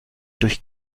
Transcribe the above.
durch